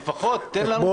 לפחות תן לנו את הזמן.